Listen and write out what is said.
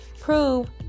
prove